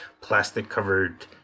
plastic-covered